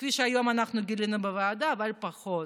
כפי שהיום אנחנו גילינו בוועדה, אבל פחות.